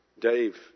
Dave